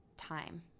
time